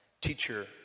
teacher